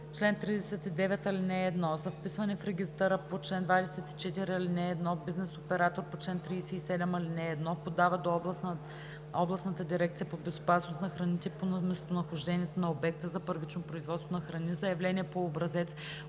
„Чл. 39. (1) За вписване в регистъра по чл. 24, ал. 1 бизнес оператор по чл. 37, ал. 1 подава до областната дирекция по безопасност на храните по местонахождение на обекта за първично производство на храни заявление по образец,